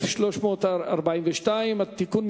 (תיקון,